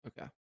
Okay